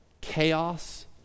chaos